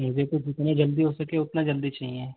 मुझे तो जितना जल्दी हो सके उतना जल्दी चाहिए